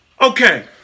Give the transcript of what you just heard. Okay